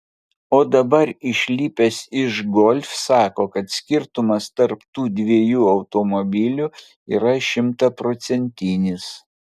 o dabar išlipęs iš golf sako kad skirtumas tarp tų dviejų automobilių yra šimtaprocentinis